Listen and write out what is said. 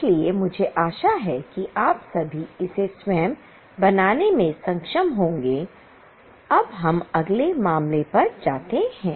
इसलिए मुझे आशा है कि आप सभी इसे स्वयं बनाने में सक्षम होंगे अब हम अगले मामले पर जाते हैं